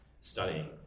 studying